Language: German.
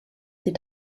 sie